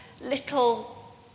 little